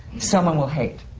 someone will hate.